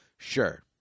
Sure